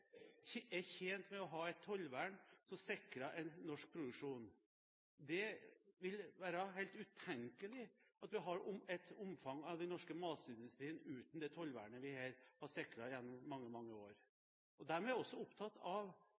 ikke er tjent med å ha et tollvern som sikrer en norsk produksjon. Det vil være helt utenkelig at man har et omfang av den norske matindustrien uten det tollvernet vi her har sikret gjennom mange, mange år. De er også opptatt av